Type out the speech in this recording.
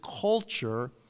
culture